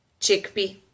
chickpea